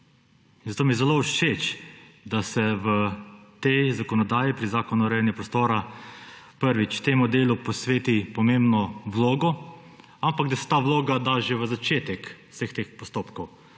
Zato mi je zelo všeč, da se v tej zakonodaji pri Zakonu o urejanju prostora temu delu prvič posveti pomembno vlogo, ampak da se ta vloga da že v začetek vseh teh postopkov.